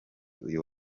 uyu